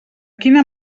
quina